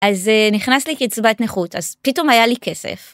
אז נכנס לי קצבת נכות, אז פתאום היה לי כסף.